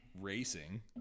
racing